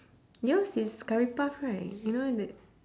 yours is curry puff right you know that